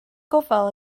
gofal